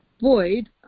void